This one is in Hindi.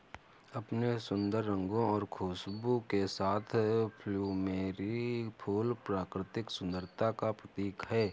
अपने सुंदर रंगों और खुशबू के साथ प्लूमेरिअ फूल प्राकृतिक सुंदरता का प्रतीक है